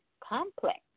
Complex